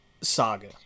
saga